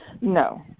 no